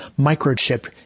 microchip